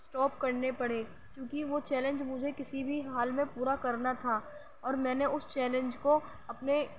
stop کرنے پڑے کیوں کہ وہ چیلنج مجھے کسی بھی حال میں پورا کرنا تھا اور میں نے اس چیلنج کو اپنے